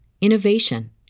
innovation